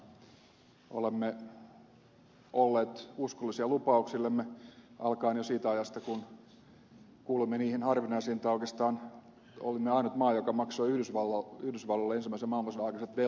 olemme olleet uskollisia lupauksillemme alkaen jo siitä ajasta kun olimme oikeastaan ainut maa joka maksoi yhdysvalloille ensimmäisen maailmansodan aikaiset velat